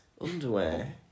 underwear